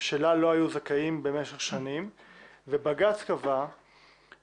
שלה לא היו זכאים במשך שנים ובג"צ קבע כי